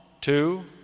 two